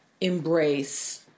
embrace